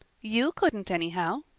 you couldn't, anyhow.